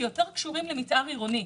שיותר קשורים למתאר עירוני,